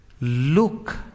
look